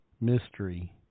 mystery